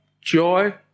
joy